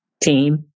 team